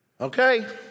Okay